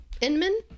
Inman